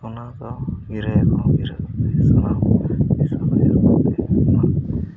ᱚᱱᱟ ᱫᱚ ᱜᱤᱨᱟᱹ ᱠᱚᱦᱚᱸ ᱜᱤᱨᱟᱹ ᱥᱟᱱᱟᱢ ᱠᱚᱦᱚᱸ ᱫᱤᱥᱚᱢ ᱨᱮᱭᱟᱜ ᱜᱤᱨᱟᱹ ᱠᱚᱦᱚᱸ